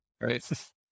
Right